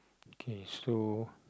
okay so